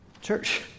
Church